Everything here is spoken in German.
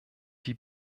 die